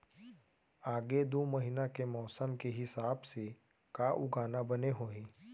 आगे दू महीना के मौसम के हिसाब से का उगाना बने होही?